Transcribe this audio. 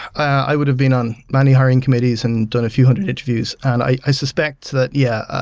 i would've been on many hiring committees and done a few hundred interview, and i suspect that, yeah,